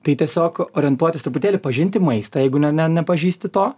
tai tiesiog orientuotis truputėlį pažinti maistą jeigu ne ne nepažįsti to